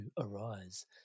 arise